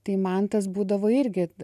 tai man tas būdavo irgi